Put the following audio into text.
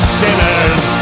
sinners